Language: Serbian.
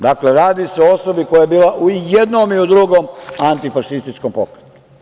Dakle, radi se o osobi koja je bila u jednom i u drugom antifašističkom pokretu.